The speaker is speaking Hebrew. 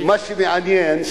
מה שמעניין,